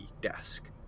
desk